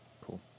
Cool